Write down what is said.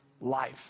life